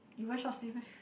you wear short sleeve meh